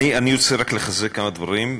אני רוצה רק לחזק כמה דברים,